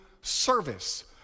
service